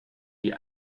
die